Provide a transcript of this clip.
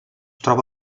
troba